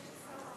התשע"ה